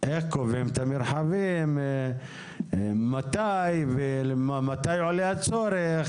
כיצד קובעים את המרחבים, מתי ומתי עולה הצורך.